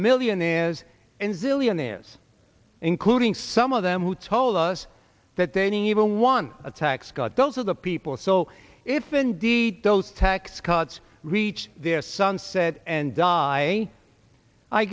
millionaires and billionaires including some of them who told us that they even won a tax cut those are the people so if indeed those tax cuts reach their sunset and die i